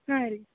ಹಾಂ ರೀ